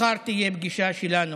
מחר תהיה פגישה שלנו,